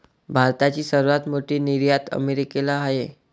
भारताची सर्वात मोठी निर्यात अमेरिकेला आहे